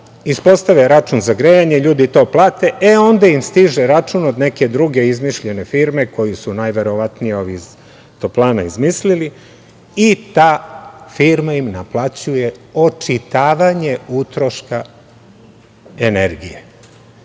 ispostave račun za grejanje, ljudi to plate, e onda im stiže račun od neke druge izmišljene firme koju su najverovatnije ovi iz toplana izmislili i ta firma im naplaćuje očitavanje utroška energije.